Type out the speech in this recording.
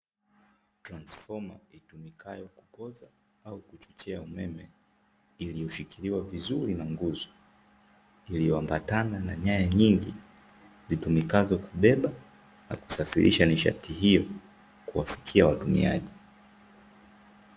Transifoma itumikayo kukuza au kuchochea umeme, iliyoshikiliwa vizuri na nguzo iliyoambatana na nyaya nyingi zitumikazo kubeba na kusafirisha nishati hio kuwafikia watumiaji.